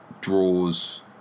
draws